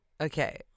Okay